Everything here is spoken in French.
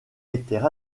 étaient